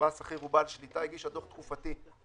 לפי